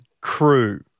crew